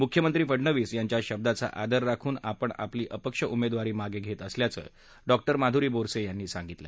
मुख्यमंत्री फडणवीस यांच्या शब्दाचा आदर राखून आपण आपली अपक्ष उमेदवारी मागे घेत असल्याचे डॉ माधुरी बोरसे यांनी सांगितलं